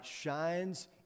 shines